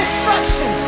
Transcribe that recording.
Destruction